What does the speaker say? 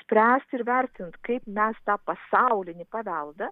spręsti ir vertint kaip mes tą pasaulinį paveldą